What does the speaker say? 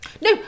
No